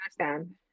understand